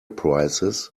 prices